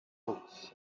books